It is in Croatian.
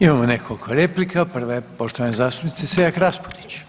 Imamo nekoliko replika, prva je poštovane zastupnice Selak Raspudić.